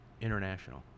international